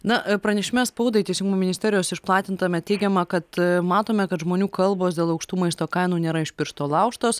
na pranešime spaudai teisingumo ministerijos išplatintame teigiama kad matome kad žmonių kalbos dėl aukštų maisto kainų nėra iš piršto laužtos